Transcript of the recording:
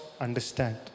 understand